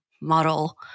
model